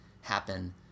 happen